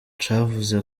cavuze